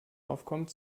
aufkommt